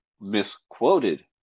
misquoted